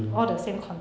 mm